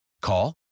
Call